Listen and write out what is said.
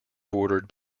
bordered